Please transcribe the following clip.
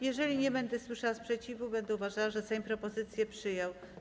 Jeżeli nie usłyszę sprzeciwu, będę uważała, że Sejm propozycję przyjął.